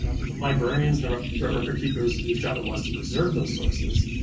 ah but the librarians and the record keepers whose job it was to preserve those sources,